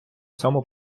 цьому